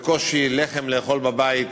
בקושי לחם היה לאכול בבית,